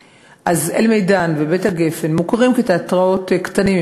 "אלמידאן" ו"בית הגפן" מוכרים כתיאטראות קטנים,